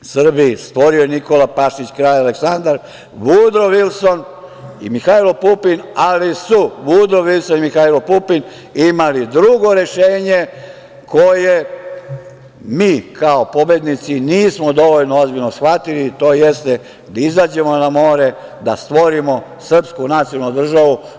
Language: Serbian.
Srbiju je stvorio Nikola Pašić i Kralj Aleksandar, Vudro Vilson i Mihailo Pupin, ali su Vudro Vilson i Mihailo Pupin imali drugo rešenje koje mi kao pobednici nismo dovoljno ozbiljno shvatili, tj. da izađemo na more, da stvorimo srpsku nacionalnu državu.